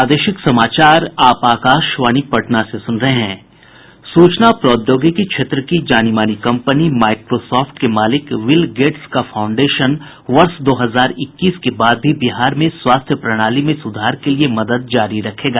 सूचना प्रौद्योगिकी क्षेत्र की जानी मानी कंपनी माइक्रोसाफ्ट के मालिक बिल गेटस का फाउंडेशन वर्ष दो हजार इक्कीस के बाद भी बिहार में स्वास्थ्य प्रणाली में सुधार के लिए मदद जारी रखेगा